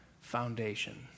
foundation